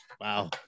Wow